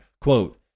Quote